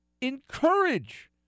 encourage